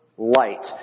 Light